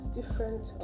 Different